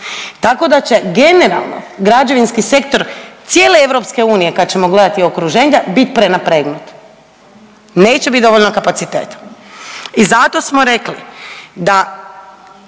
Tako da će generalno građevinski sektor cijele EU kad ćemo gledati okruženje biti prenapregnut, neće biti dovoljno kapaciteta. I zato smo rekli da